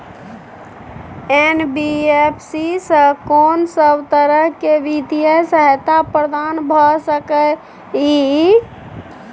NBFC स कोन सब तरह के वित्तीय सहायता प्रदान भ सके इ? इ